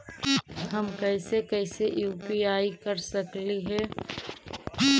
हम कैसे कैसे यु.पी.आई कर सकली हे?